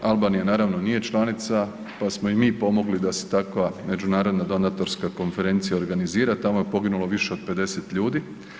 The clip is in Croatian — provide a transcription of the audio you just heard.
Albanija naravno nije članica pa smo i mi pomogli da se takva međunarodna donatorska konferencija organizira, tamo je poginulo više od 50 ljudi.